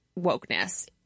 wokeness